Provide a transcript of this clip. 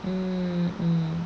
mm mm